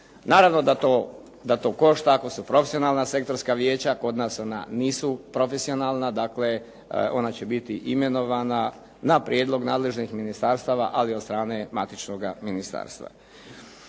Naravno da to košta ako su profesionalna sektorska vijeća. Kod nas ona nisu profesionalna, dakle ona će biti imenovana na prijedlog nadležnih ministarstava ali od strane matičnoga ministarstva.